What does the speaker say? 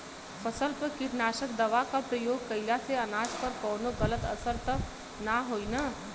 फसल पर कीटनाशक दवा क प्रयोग कइला से अनाज पर कवनो गलत असर त ना होई न?